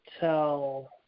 tell